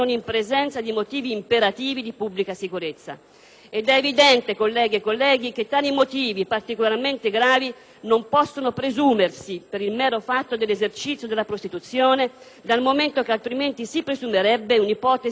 Ed è evidente, colleghe e colleghi, che tali motivi particolarmente gravi non possono presumersi per il mero fatto dell'esercizio della prostituzione, dal momento che altrimenti si presumerebbe un'ipotesi di pericolosità sociale, come tale incostituzionale.